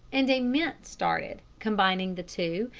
and a mint started, combining the two,